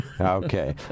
Okay